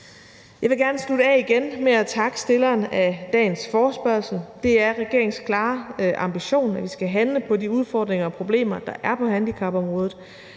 Jeg vil gerne slutte af med igen at takke stillerne af dagens forespørgsel. Det er regeringens klare ambition, at vi skal handle på de udfordringer og problemer, der er på handicapområdet.